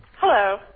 Hello